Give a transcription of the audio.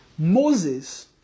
Moses